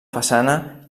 façana